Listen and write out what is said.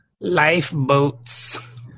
Lifeboats